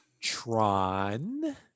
Tron